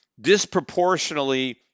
disproportionately